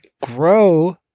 grow